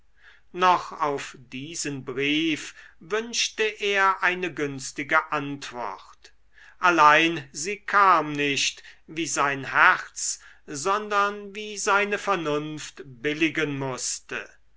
noch auf diesen brief wünschte er eine günstige antwort allein sie kam nicht wie sein herz sondern wie sie seine vernunft billigen mußte